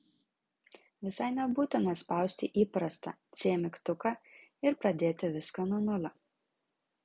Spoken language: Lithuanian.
visai nebūtina spausti įprastą c mygtuką ir pradėti viską nuo nulio